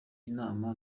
inama